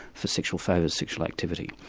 for sexual favours, sexual activity.